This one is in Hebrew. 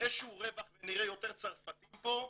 איזה שהוא רווח ונראה יותר צרפתים פה,